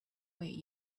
way